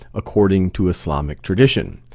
according to islamic tradition.